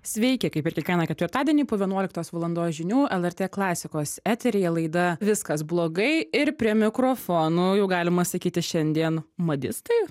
sveiki kaip ir kiekvieną ketvirtadienį po vienuoliktos valandos žinių lrt klasikos eteryje laida viskas blogai ir prie mikrofonų jau galima sakyti šiandien madistai